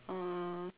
uh